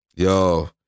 Yo